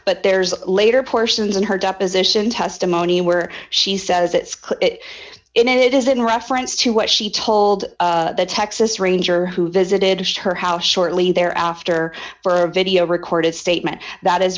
but there's later portions in her deposition testimony where she says it's clear that it is in reference to what she told the texas ranger who visited her house shortly there after for a video recorded statement that